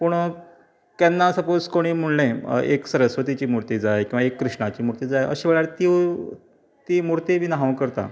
पूण केन्ना सपाॅज कोणी म्हूळें एक सरस्वतीची मुर्ती जाय किंवां कृष्णाची मुर्ती जाय अश्या वेळार त्यो ती मुर्ती बी हांव करतां